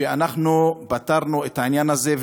שאנחנו פתרנו את העניין הזה,